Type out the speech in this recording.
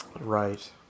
Right